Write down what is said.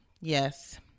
Yes